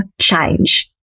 change